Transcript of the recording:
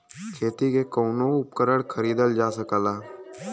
खेती के कउनो उपकरण खरीदल जा सकला